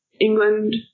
England